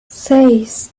seis